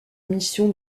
mission